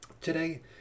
today